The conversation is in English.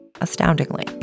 astoundingly